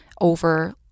over